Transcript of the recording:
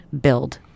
Build